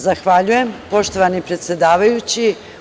Zahvaljujem poštovani predsedavajući.